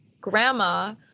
grandma